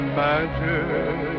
magic